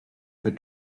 for